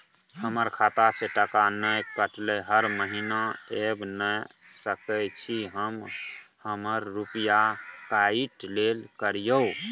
हमर खाता से टका नय कटलै हर महीना ऐब नय सकै छी हम हमर रुपिया काइट लेल करियौ?